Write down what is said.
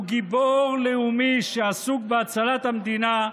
הוא גיבור לאומי שעסוק בהצלת המדינה,